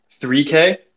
3K